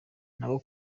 nabo